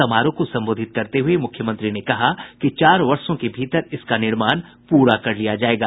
समारोह को संबोधित करते हुए मुख्यमंत्री ने कहा कि चार वर्षों के भीतर इसका निर्माण प्रा कर लिया जायेगा